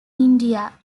india